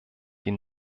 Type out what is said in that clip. die